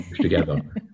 together